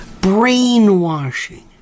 brainwashing